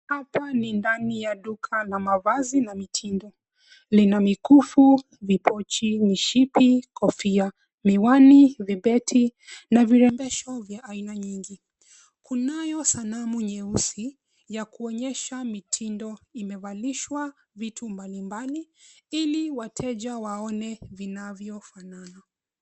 Hapa ni ndani ya duka la mavazi na mitindo. Lina mikufu, vipochi, mishipi, kofia, miwani, vibeti, na virembesho vya aina nyingi. Kunayo sanamu nyeusi, ya kuonyesha mitindo imevalishwa vitu mbalimbali, ili wateja waone vinavyofanana.